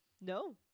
No